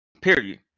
Period